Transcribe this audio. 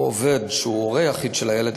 או עובד שהוא הורה יחיד של הילד,